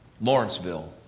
Lawrenceville